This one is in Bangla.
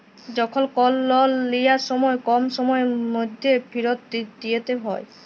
যখল কল লল লিয়ার সময় কম সময়ের ম্যধে ফিরত দিইতে হ্যয়